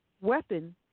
weapon